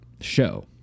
show